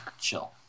Chill